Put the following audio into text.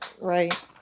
right